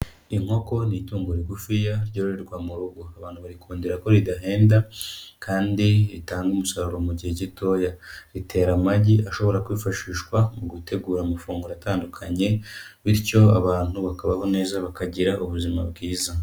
Inkoko ni itungo rigufiya ryororerwa mu rugo, abantu barikundira ko ridahenda kandi ritanga umusaruro mu gihe gitoya, ritera amagi ashobora kwifashishwa mu gutegura amafunguro atandukanye, bityo abantu bakabaho neza, bakagira ubuzima bwiza.